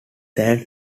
than